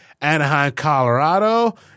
Anaheim-Colorado